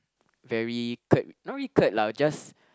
very crap not really crap lah just